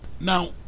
Now